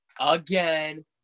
again